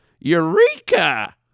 Eureka